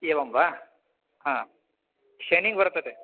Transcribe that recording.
एवं वा हा शैनिङ्ग् वर्तते